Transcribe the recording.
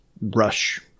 rush